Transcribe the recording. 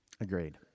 Agreed